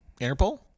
Interpol